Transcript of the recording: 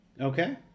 Okay